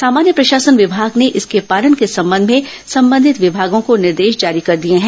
सामान्य प्रशासन विमाग ने इसके पालन के संबंध में संबंधित विभागों को निर्देश जारी कर दिए हैं